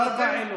ארבע עילות.